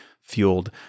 fueled